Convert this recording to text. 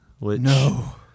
No